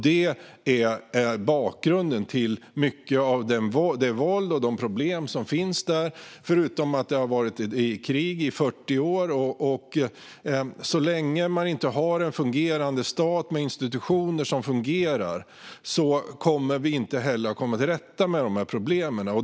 Detta är bakgrunden till mycket av det våld och de problem som finns där, förutom att det har varit krig där i 40 år. Så länge man inte har en fungerande stat med institutioner som fungerar kommer man inte att komma till rätta med problemen.